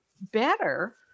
better